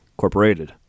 corporated